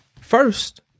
first